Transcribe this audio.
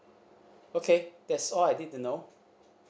okay that's all I need to know